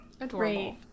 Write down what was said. adorable